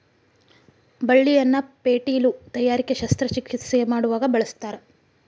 ಬಳ್ಳಿಯನ್ನ ಪೇಟಿಲು ತಯಾರಿಕೆ ಶಸ್ತ್ರ ಚಿಕಿತ್ಸೆ ಮಾಡುವಾಗ ಬಳಸ್ತಾರ